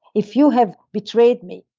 if you have betrayed me,